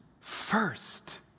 first